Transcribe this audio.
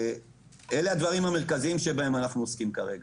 אלה הדברים המרכזיים שבהם אנחנו עוסקים כרגע.